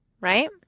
right